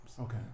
Okay